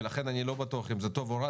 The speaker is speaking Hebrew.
ולכן אני לא בטוח אם זה טוב או רע.